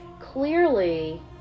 clearly